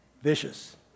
Vicious